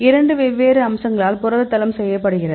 இரண்டு வெவ்வேறு அம்சங்களால் புரத தளம் செய்யப்படுகிறது